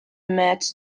märz